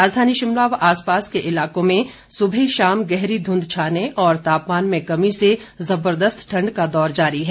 राजधानी शिमला व आसपास के इलाकों में सुबह शाम गहरी धुंध छाने और तापमान में कमी से जबरदस्त ठंड का दौर जारी है